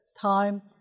Time